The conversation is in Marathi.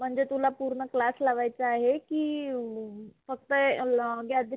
म्हणजे तुला पूर्ण क्लास लावायचा आहे की फक्त गॅदरिंग